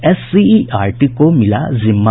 SCERT को मिला जिम्मा